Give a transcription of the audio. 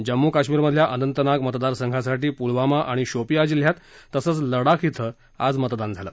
जम्मू कश्मीरमधल्या अनंतनाग मतदारसंघासाठी पुलवामा आणि शोपियान जिल्ह्यात तसंच लडाख ध्वि आज मतदान झालं